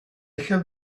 have